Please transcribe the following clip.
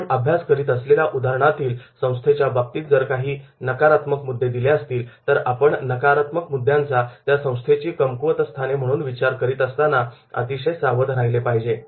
आपण अभ्यास करीत असलेल्या उदाहरणातील संस्थेच्या बाबतीत जर काही ही नकारात्मक मुद्दे दिले असतील तर आपण या नकारात्मक मुद्द्यांचा त्या संस्थेची कमकुवतस्थाने म्हणून विचार करीत असताना अतिशय सावध राहिले पाहिजे